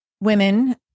women